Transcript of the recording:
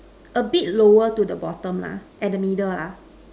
a bit lower to the bottom lah at the middle lah